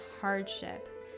hardship